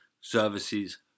services